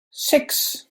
six